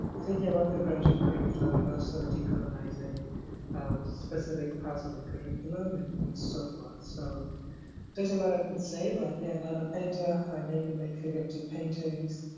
thinking about the graduate curriculum and also ah so de-colonizing specific parts of the curriculum and and so forth. so there's a lot i could say, but i'm a painter. i mainly make figurative paintings.